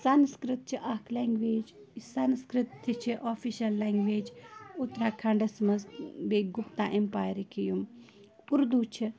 سَنسکِرٛت چھِ اَکھ لینٛگویج یہِ سَنسکِرٛت تہِ چھِ آفِشَل لینٛگویج اُتراکھنڈَس منٛز بیٚیہِ گُپتا اٮ۪مپایرٕکہِ یِم اُردو چھِ